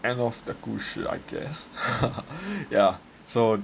end of the 故事 I guess yeah so